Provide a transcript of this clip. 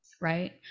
right